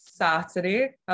Saturday